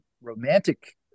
romantic